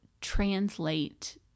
translate